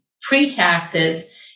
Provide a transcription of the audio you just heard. pre-taxes